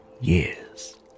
years